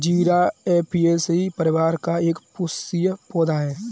जीरा ऍपियेशी परिवार का एक पुष्पीय पौधा है